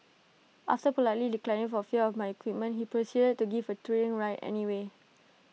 after politely declining for fear of my equipment he proceeded to give A thrilling ride anyway